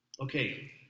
Okay